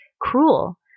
cruel